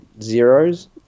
zeros